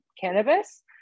cannabis